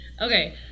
okay